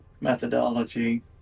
methodology